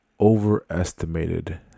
overestimated